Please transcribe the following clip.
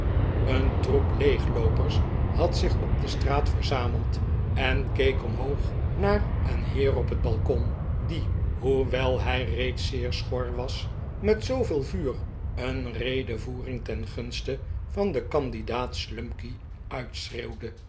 een troep leegloopers had zich op de straat verzameld en keek omhoog naar een heer op het ba'lkon die hoewel hij reeds zeer schor was met zooveel vuur een redevoering ten gunste van den